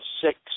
six